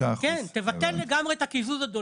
תבטל לגמרי את הקיזוז, אדוני.